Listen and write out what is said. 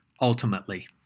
ultimately